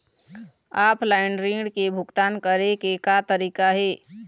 Offline ऋण के भुगतान करे के का तरीका हे?